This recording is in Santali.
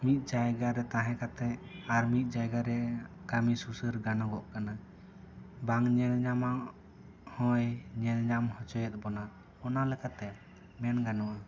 ᱢᱤᱫ ᱡᱟᱭᱜᱟ ᱨᱮ ᱛᱟᱦᱮᱸ ᱠᱟᱛᱮ ᱟᱨ ᱢᱤᱫ ᱡᱟᱭᱜᱟ ᱨᱮ ᱠᱟᱹᱢᱤ ᱥᱩᱥᱟᱹᱨ ᱜᱟᱱᱚᱜᱚᱜ ᱠᱟᱱᱟ ᱵᱟᱝ ᱧᱮᱞ ᱧᱟᱢᱟᱜ ᱦᱚ ᱭ ᱧᱮᱞ ᱧᱟᱢ ᱦᱚᱪᱚᱭᱮᱫ ᱵᱚᱱᱟᱭ ᱚᱱᱟ ᱞᱮᱠᱟᱛᱮ ᱢᱮᱱ ᱜᱟᱱᱚᱜᱼᱟ